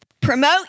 promote